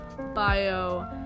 bio